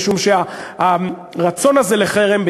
משום שהרצון הזה לחרם,